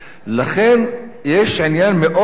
לכן יש עניין מאוד מכריע,